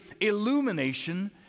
illumination